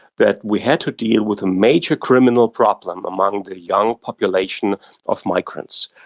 that we had to deal with a major criminal problem among the young population of migrants.